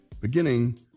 beginning